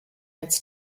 its